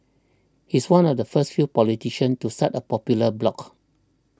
he's one of the first few politicians to start a popular blog